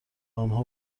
آنها